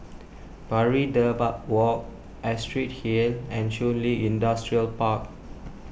Pari Dedap Walk Astrid Hill and Shun Li Industrial Park